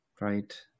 right